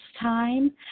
time